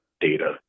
data